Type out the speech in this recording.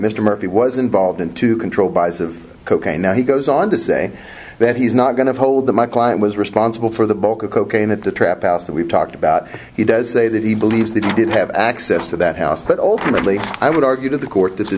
mr murphy was involved in to control buys of cocaine now he goes on to say that he's not going to hold the my client was responsible for the bulk of cocaine at the trap house that we've talked about he does say that he believes that he did have access to that house but ultimately i would argue to the court that the